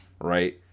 right